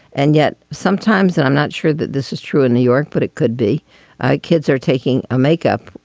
and yet sometimes and i'm not sure that this is true in new york, but it could be that ah kids are taking a makeup,